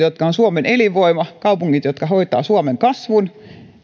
jotka ovat suomen elinvoima kaupunkien osalta jotka hoitavat suomen kasvun siihen